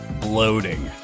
bloating